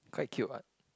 quite cute what